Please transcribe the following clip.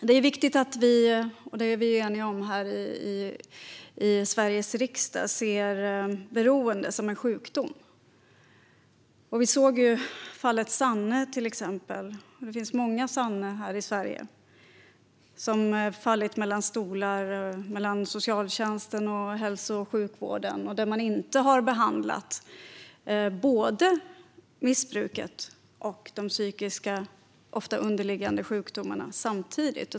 Det är viktigt att vi här i Sveriges riksdag - och detta är vi eniga om - ser beroende som en sjukdom. Vi såg fallet Sanne, och det finns många Sanne i Sverige. Det finns många som fallit mellan stolar - mellan socialtjänsten och hälso och sjukvården - och som inte har fått behandling för missbruket och de ofta underliggande psykiska sjukdomarna samtidigt.